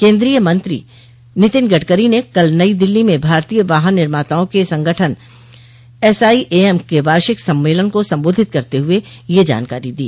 केन्द्रीय मंत्री नितिन गडकरी ने कल नई दिल्ली में भारतीय वाहन निर्माताओं के संगठन एसआईएएम के वार्षिक सम्मेलन को संबोधित करते हुए यह जानकारी दी